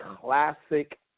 classic